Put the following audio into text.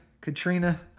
katrina